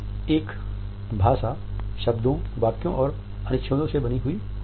एक भाषा शब्दों वाक्यों और अनुच्छेदों से बनी होती है